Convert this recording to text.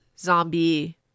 Zombie